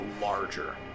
larger